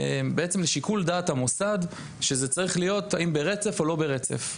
זה בעצם לשיקול דעת המוסד אם הימים האלה הם ברצף או לא ברצף.